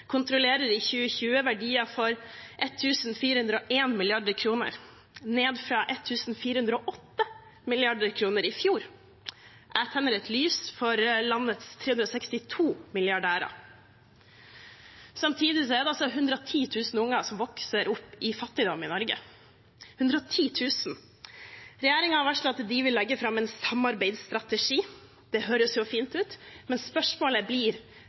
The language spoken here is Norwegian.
i 2020 kontrollerer verdier for 1 401 mrd. kr, ned fra 1 408 mrd. kr i fjor. Jeg tenner et lys for landets 362 milliardærer. Samtidig er det 110 000 unger som vokser opp i fattigdom i Norge – 110 000. Regjeringen har varslet at de vil legge fram en samarbeidsstrategi. Det høres jo fint ut, men spørsmålet blir: